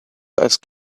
ask